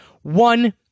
One